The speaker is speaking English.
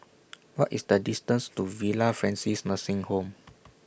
What IS The distance to Villa Francis Nursing Home